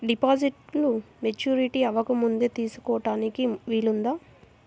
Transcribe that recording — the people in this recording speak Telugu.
డిపాజిట్ను మెచ్యూరిటీ అవ్వకముందే తీసుకోటానికి వీలుందా?